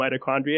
mitochondria